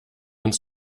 uns